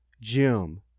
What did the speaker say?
Jim